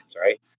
right